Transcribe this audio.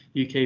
UK